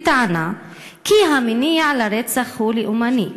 בטענה כי המניע לרצח הוא לאומני,